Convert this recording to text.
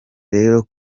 rero